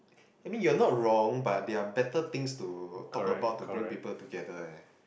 I mean you are not wrong but there are better things to talk about to bring people together eh